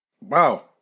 Wow